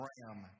Ram